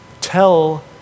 Tell